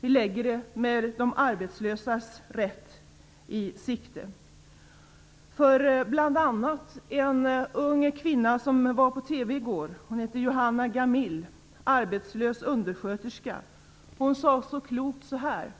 Vi lägger fram dem med de arbetslösas rätt i sikte. Vi gör det bl.a. för en ung kvinna som var på TV i går. Hon är arbetslös undersköterska. Hon sade så klokt så här: